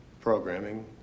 Programming